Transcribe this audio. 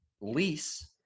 lease